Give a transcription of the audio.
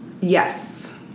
Yes